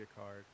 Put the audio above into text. card